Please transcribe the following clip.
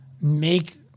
make